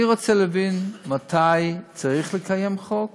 אני רוצה להבין מתי צריך לקיים חוק